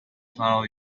follow